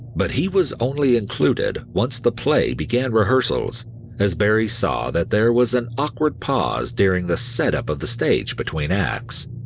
but he was only included once the play began rehearsals as barrie saw that there was an awkward pause during the setup of the stage between acts.